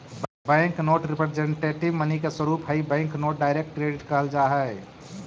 bank note representative money के स्वरूप हई बैंक नोट डायरेक्ट क्रेडिट कहल जा हई